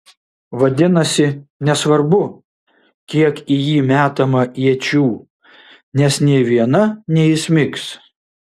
vadinasi nesvarbu kiek į jį metama iečių nes nė viena neįsmigs